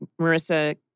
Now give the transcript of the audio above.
Marissa